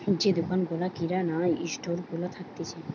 যে দোকান গুলা কিরানা স্টোর গুলা থাকতিছে